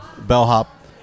Bellhop